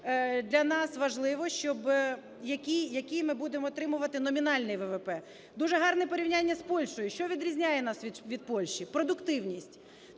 для нас важливо, які ми будемо отримувати номінальні ВВП. Дуже гарне порівняння з Польщею. Що відрізняє нас від Польщі? Продуктивність.